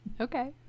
Okay